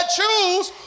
choose